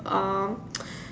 um